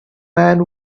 man